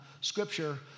scripture